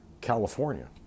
California